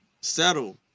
settle